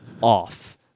off